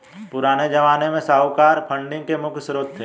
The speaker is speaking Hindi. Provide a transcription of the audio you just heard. पुराने ज़माने में साहूकार फंडिंग के मुख्य श्रोत थे